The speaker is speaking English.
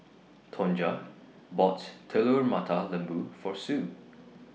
Tonja bought Telur Mata Lembu For Sue